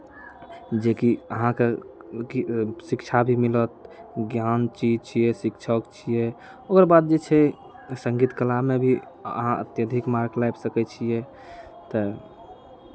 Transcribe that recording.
जेकि अहाँके ज्ञ शिक्षा भी मिलत ज्ञान चीज छियै शिक्षक छियै ओकर बाद जे छै सङ्गीत कलामे भी अहाँ अत्यधिक मार्क लाबि सकै छियै तऽ